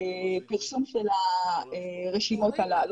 את פרסום הרשימות הללו.